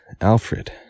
alfred